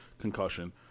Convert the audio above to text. concussion